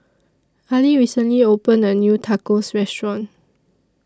Aili recently opened A New Tacos Restaurant